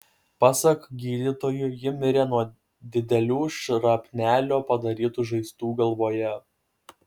pasak gydytojų ji mirė nuo didelių šrapnelio padarytų žaizdų galvoje